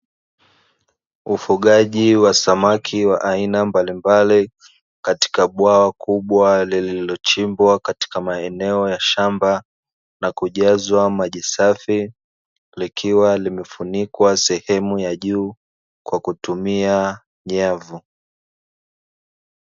Ufugaji wa samaki wa aina mbalimbali katika bwawa kubwa lililochimbwa katika maeneo ya shamba, na kujazwa maji safi likiwa limefunikwa sehemu ya juu kwa kutumia nyavu.